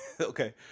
okay